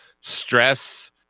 stress